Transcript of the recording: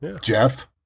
Jeff